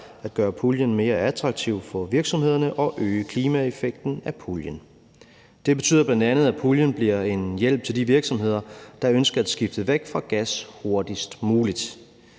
at gøre puljen mere attraktiv for virksomhederne og øge klimaeffekten af puljen. Det betyder bl.a., at puljen bliver en hjælp til de virksomheder, der ønsker at skifte væk fra gas hurtigst muligt.